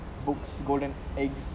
books golden eggs